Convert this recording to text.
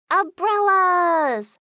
umbrellas